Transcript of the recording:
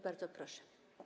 Bardzo proszę.